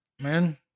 man